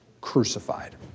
crucified